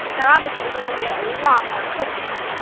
now obviously this is going to get a lot more cooking